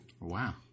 Wow